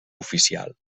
oficial